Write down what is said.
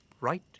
right